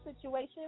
situation